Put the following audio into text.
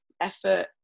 effort